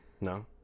No